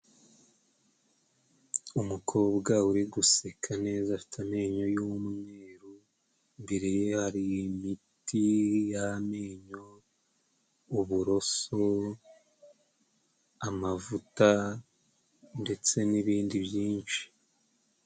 Umukobwa uri guseka neza afite amenyo y'umweru imbere hari imiti y'amenyo uburoso ,amavuta ndetse n'ibindi byinshi.